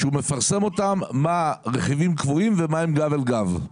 שהוא מפרסם מה הם רכיבים קבועים ומה הם גב אל גב.